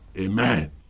Amen